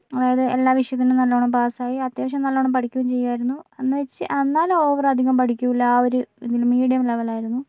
അതായത് എല്ലാ വിഷയത്തിനും നല്ലോണം പാസ്സായി അത്യാവശ്യം നല്ലോണം പഠിക്കുകയും ചെയ്യുകയായിരുന്നു എന്നുവച്ച് എന്നാലും ഓവർ അധികം പഠിക്കില്ല ആ ഒരു ഇതിൽ മീഡിയം ലെവൽ ആയിരുന്നു